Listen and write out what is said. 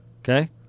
Okay